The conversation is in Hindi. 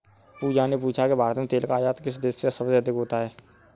पूजा ने पूछा कि भारत में तेल का आयात किस देश से सबसे अधिक होता है?